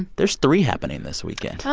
there's three happening this weekend oh,